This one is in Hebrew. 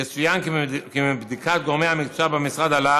יצוין כי מבדיקת גורמי המקצוע במשרד עלה